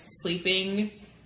Sleeping